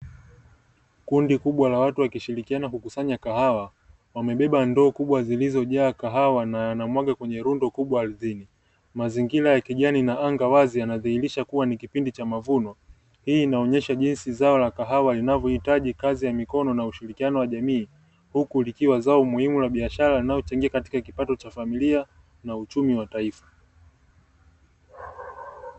Kundi kubwa la watu wakishirikiana kukusanya kahawa wamebeba ndoo kubwa zilizojaa kahawa na wanamwaga kwenye rundo kubwa ardhini, mazingira ya kijani na anga wazi yanathibitisha ni kipindi cha mavuno. Hii inaonyesha kazi ya kahawa inavohitaji kazi ya mikono na ushirikiano wa jamii, huku ikiwa ni zao la biashara linalochangia kwenye kipato cha familia na uchumi wa taifa.